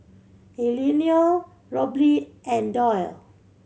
Eleonore Robley and Doyle